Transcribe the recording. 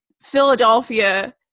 Philadelphia